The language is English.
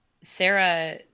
Sarah